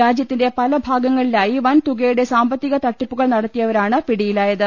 രാജ്യത്തിന്റെ പല ഭാഗങ്ങളിലായി വൻ തുകയുടെ സാമ്പത്തിക തട്ടിപ്പുകൾ നടത്തിയവരാണ് പിട്ടിയിലായ്ത്